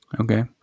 Okay